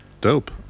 Dope